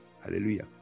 Hallelujah